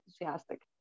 enthusiastic